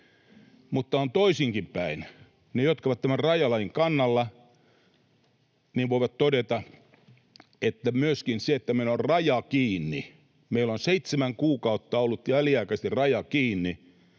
Mutta on toisinkin päin: ne, jotka ovat tämän rajalain kannalla, voivat todeta, että myöskin se, että meillä on raja kiinni — meillä on seitsemän kuukautta ollut väliaikaisesti raja kiinni